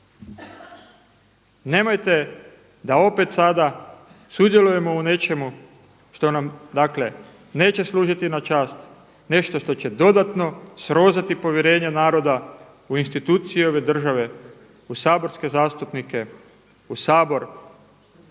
Nemojte da opet sada sudjelujemo u nečemu što nam dakle neće služiti na čast, nešto što će dodatno srozati povjerenje naroda u institucije ove države, u saborske zastupnike, u Sabor,